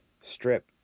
Strip